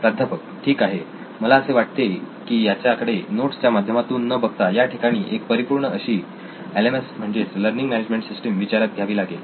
प्राध्यापक ठीक आहे मला असे वाटते की याच्या कडे नोट्स च्या माध्यमातून न बघता या ठिकाणी एक परिपूर्ण अशी एल एम एस म्हणजेच लर्निंग मॅनेजमेंट सिस्टीम विचारात घ्यावी लागेल